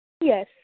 Yes